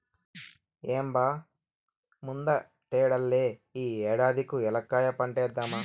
ఏం బా ముందటేడల్లే ఈ ఏడాది కూ ఏలక్కాయ పంటేద్దామా